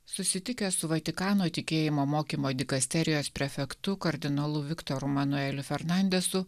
susitikęs su vatikano tikėjimo mokymo dikasterijos prefektu kardinolu viktoru manueliu fernandesu